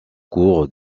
cours